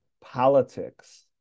politics